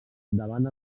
davant